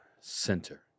center